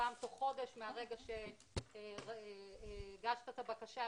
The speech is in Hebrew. פעם תוך חודש מהרגע שהגשת את הבקשה,